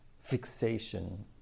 Fixation